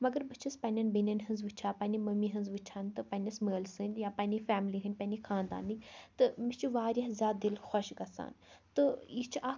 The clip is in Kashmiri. مگر بہٕ چھَس پننیٚن بیٚنیٚن ہنٛز وُچھان پننہِ مٔمی ہنٛز وُچھان تہٕ پننِس مٲلۍ سٕنٛدۍ یا پننہِ فیملی ہنٛدۍ پننہِ خاندانٕکۍ تہٕ مےٚ چھُ واریاہ زیادٕ دِل خۄش گژھان تہٕ یہِ چھِ اَکھ